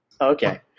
Okay